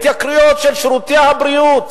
התייקרויות של שירותי הבריאות,